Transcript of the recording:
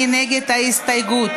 מי נגד ההסתייגות?